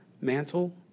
mantle